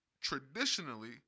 traditionally